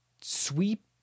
sweep